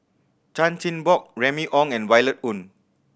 Chan Chin Bock Remy Ong and Violet Oon